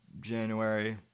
January